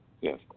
Yes